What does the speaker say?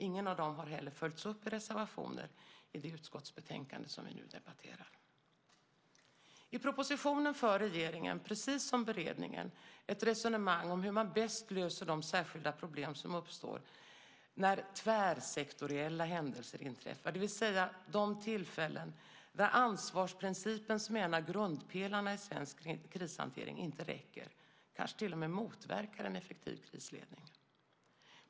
Ingen av dem har heller följts upp i reservationer i det utskottsbetänkande som vi nu debatterar. I propositionen för regeringen, precis som beredningen, ett resonemang om hur man bäst löser de särskilda problem som uppstår när tvärsektoriella händelser inträffar, det vill säga de tillfällen där ansvarsprincipen, som är en av grundpelarna i svensk krishantering, inte räcker och kanske till och med motverkar en effektiv krisledning.